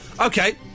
Okay